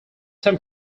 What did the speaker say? time